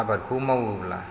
आबादखौ मावोब्ला